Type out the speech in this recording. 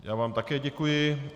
Já vám také děkuji.